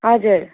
हजुर